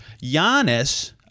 Giannis